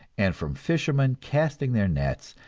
and from fishermen casting their nets,